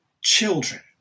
children